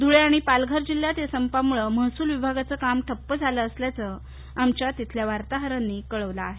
धुळे आणि पालधर जिल्ह्यात संपामुळे महसुल विभागाचं काम ठप्प झालं असल्याचं आमच्या तिथल्या वार्ताहरांनी कळवलं आहे